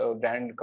brand